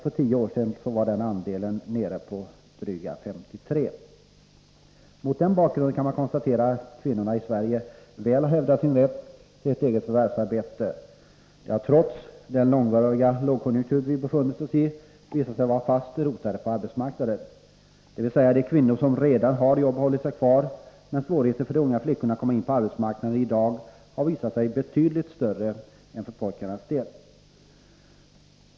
För tio år sedan var den andelen drygt 53 96. Mot den bakgrunden kan man konstatera att kvinnorna i Sverige väl har hävdat sin rätt till ett eget förvärvsarbete. De har trots den långvariga lågkonjunktur som vi har befunnit oss i visat sig vara fast rotade på arbetsmarknaden — dvs. de kvinnor som redan har jobb har hållit sig kvar. Men svårigheterna för de unga flickorna att komma in på arbetsmarknaden i dag har visat sig vara betydligt större än för pojkarna.